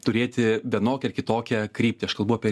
turėti vienokią ar kitokią kryptį aš kalbu apie